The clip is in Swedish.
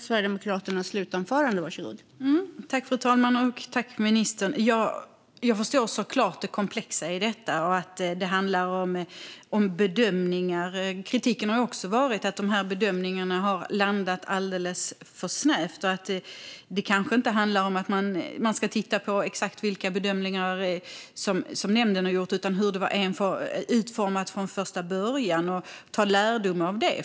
Fru talman! Jag förstår såklart det komplexa i detta och att det handlar om bedömningar. Kritiken har också varit att de gör bedömningarna har landat alldeles för snävt. Det kanske inte handlar om att man ska titta på exakt vilka bedömningar som nämnden har gjort utan på hur det var utformat från första början och att dra lärdom av det.